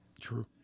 True